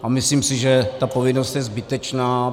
A myslím si, že ta povinnost je zbytečná.